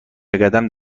بقدم